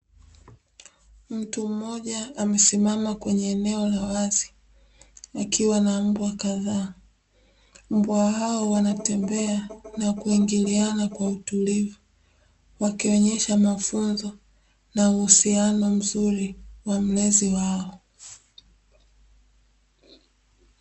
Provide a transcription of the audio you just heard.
Mtu mmoja amesimama kwenye eneo la wazi akiwa na mbwa kadhaa, mbwa hao wanatembea na kuingiliana kwa utulivu wakionyesha mafunzo na uhusiano mzuri wa mlezi wao.